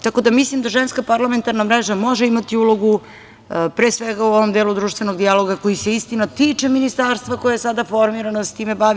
Tako da mislim da Ženska parlamentarna mreža može imati ulogu pre svega u ovom delu društvenog dijaloga koji je istina tiče ministarstva koje je sada formirano i time se bavi.